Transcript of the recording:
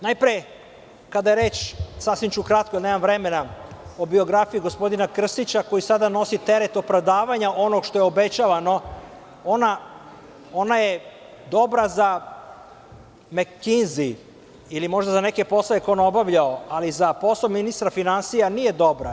Najpre, kada je reč, sasvim ću kratko, nemam vremena, o biografiji gospodina Krstića, koji sada nosi teret opravdavanja onog što je obećavano, ona je dobra za Mekinzi ili možda za neke poslove koje je on obavljao, ali za poslove ministra finansija nije dobra.